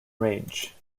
range